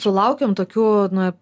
sulaukiam tokių na